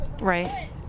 Right